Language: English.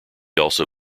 also